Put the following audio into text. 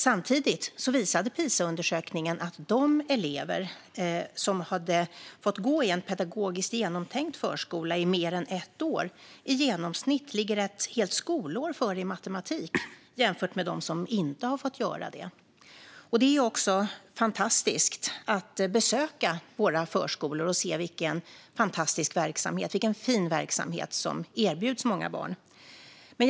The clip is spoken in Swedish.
Samtidigt visade PISA-undersökningen att de elever som fått gå i en pedagogiskt genomtänkt förskola i mer än ett år i genomsnitt ligger ett helt skolår före i matematik jämfört med dem som inte fått göra det. Det är också fantastiskt att besöka våra förskolor och se vilken fantastisk och fin verksamhet som erbjuds många barn. Fru talman!